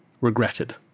regretted